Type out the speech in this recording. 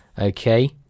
Okay